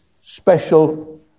special